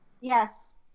Yes